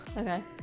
okay